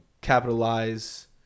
capitalize